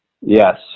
Yes